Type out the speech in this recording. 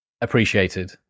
appreciated